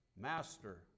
Master